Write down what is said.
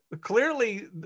Clearly